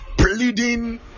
pleading